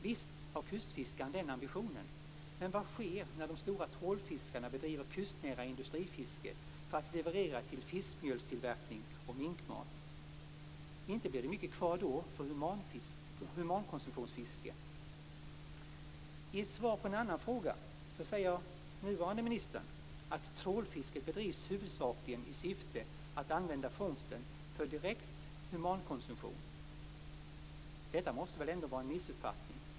Visst har kustfiskaren den ambitionen. Men vad sker när de stora trålfiskarna bedriver kustnära industrifiske för att leverera till fiskmjölstillverkning och minkmat? Inte blir det då mycket kvar för humankonsumtionsfiske. I ett svar på en annan fråga säger nuvarande ministern att "trålfisket bedrivs huvudsakligen i syfte att använda fångsten för direkt humankonsumtion". Detta måste väl ändå vara en missuppfattning.